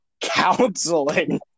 Counseling